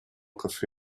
cafe